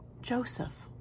Joseph